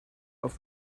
off